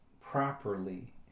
properly